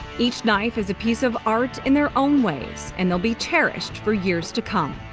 each knife is a piece of art in their own ways and they'll be terrorist for years to come.